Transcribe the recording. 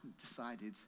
decided